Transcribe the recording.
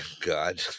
god